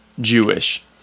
Jewish